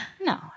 No